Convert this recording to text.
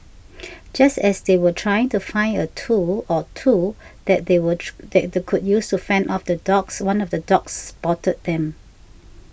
just as they were trying to find a tool or two that they watch that the could use to fend off the dogs one of the dogs spotted them